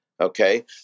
Okay